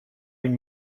une